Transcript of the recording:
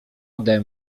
ode